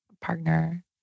partner